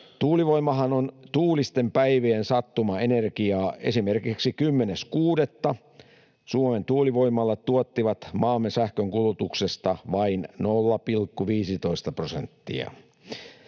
Tuulivoimahan on tuulisten päivien sattumaenergiaa. Esimerkiksi 10.6. Suomen tuulivoimalat tuottivat maamme sähkönkulutuksesta vain 0,15 prosenttia.